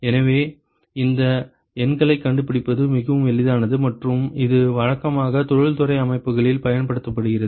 எனவே இந்த எண்களைக் கண்டுபிடிப்பது மிகவும் எளிதானது மற்றும் இது வழக்கமாக தொழில்துறை அமைப்புகளில் பயன்படுத்தப்படுகிறது